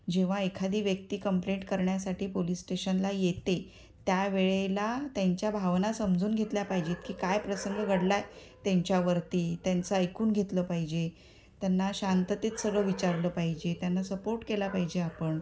जेव्हा एखादी व्यक्ती कंप्लेंट करण्यासाठी पोलिस स्टेशनला येते त्या वेळेला त्यांच्या भावना समजून घेतल्या पाहिजेत की काय प्रसंग घडला आहे त्यांच्यावरती त्यांचं ऐकून घेतलं पाहिजे त्यांना शांततेत सगळं विचारलं पाहिजे त्यांना सपोर्ट केला पाहिजे आपण